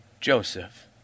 Joseph